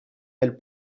del